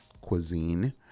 cuisine